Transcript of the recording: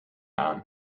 aan